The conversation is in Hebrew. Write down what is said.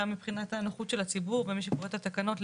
מבחינת הנוחות של הציבור ומי שקורא את התקנות,